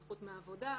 נכות מעבודה,